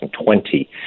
2020